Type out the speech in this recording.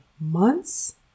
months